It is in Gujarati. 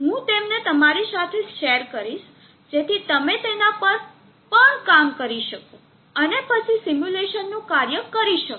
હું તેમને તમારી સાથે શેર કરીશ જેથી તમે તેના પર પણ કામ કરી શકો અને પછી સિમ્યુલેશનનું કાર્ય કરી શકો